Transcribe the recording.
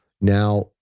now